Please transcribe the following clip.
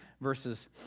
Verses